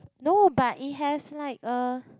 no but it has like a